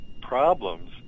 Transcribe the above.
problems